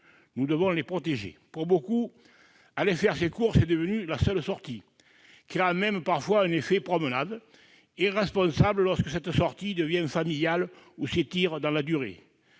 Nous devons les protéger. Pour beaucoup de Français, aller faire ses courses est devenu la seule sortie, créant parfois un « effet promenade » irresponsable lorsque cette sortie devient familiale ou s'étire dans la durée.